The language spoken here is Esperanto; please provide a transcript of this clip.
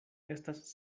estas